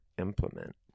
implement